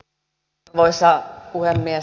arvoisa puhemies